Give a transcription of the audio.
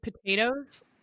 Potatoes